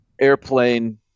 airplane